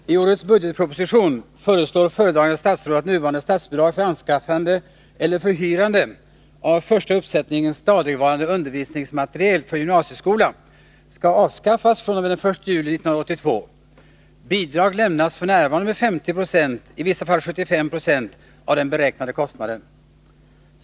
Herr talman! I årets budgetproposition föreslår föredragande statsråd att nuvarande statsbidrag för anskaffande eller förhyrande av första uppsättningen stadigvarande undervisningsmateriel för gymnasieskola skall avskaffas fr.o.m. den 1 juli 1982. Bidrag lämnas f. n. med 50 96, i vissa fall 75 9, av den beräknade kostnaden.